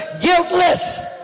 guiltless